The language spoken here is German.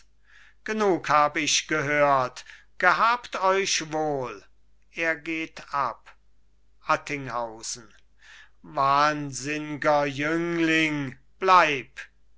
genug hab ich gehört gehabt euch wohl er geht ab attinghausen wahnsinn'ger jüngling bleib